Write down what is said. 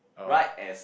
right as